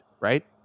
right